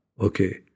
Okay